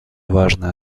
важной